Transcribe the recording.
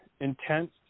intense